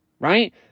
Right